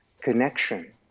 connection